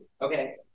Okay